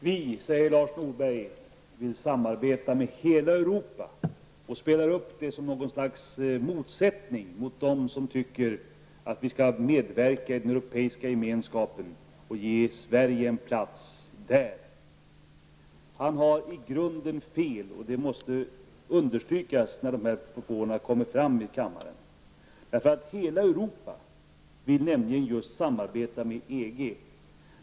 Herr talman! Lars Norberg säger att man vill samarbeta med hela Europa och spelar upp det som någon slags motsättning mot dem som tycker att vi skall medverka i den Europeiska gemenskapen och ge Sverige en plats där. Han har i grunden fel och det måste understrykas när de här propåerna kommer fram i kammaren. Hela Europa vill nämligen samarbeta med EG.